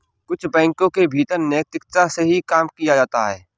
कुछ बैंकों के भीतर नैतिकता से ही काम किया जाता है